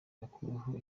yakuweho